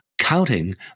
counting